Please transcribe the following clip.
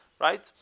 Right